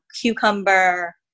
cucumber